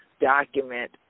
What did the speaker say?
document